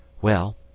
well,